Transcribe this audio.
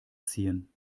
ziehen